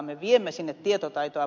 me viemme sinne tietotaitoa